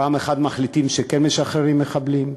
פעם אחת מחליטים שכן משחררים מחבלים,